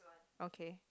okay